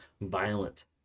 violent